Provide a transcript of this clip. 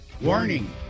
warning